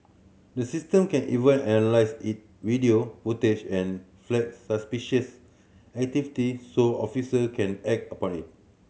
the system can even analyse it video footage and flag suspicious activity so officer can act upon it